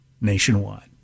nationwide